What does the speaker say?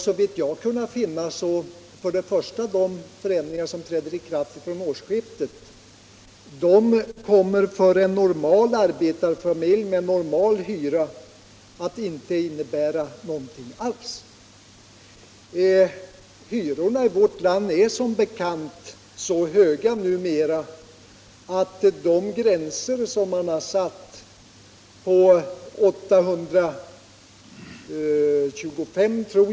Såvitt jag har kunnat finna kommer de förändringar som träder i kraft från årsskiftet för en normal arbetarfamilj med normal hyra inte att innebära någonting alls. Hyrorna i vårt land är som bekant så höga numera att de gränser som har satts på 825 kr.